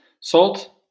salt